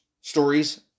stories